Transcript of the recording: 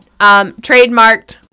Trademarked